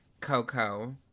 coco